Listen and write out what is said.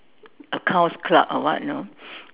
accounts clerk or what you know